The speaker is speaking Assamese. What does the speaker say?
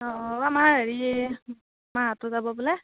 অঁ আমাৰ হেৰি মাহঁতো যাব বোলে